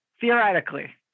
Theoretically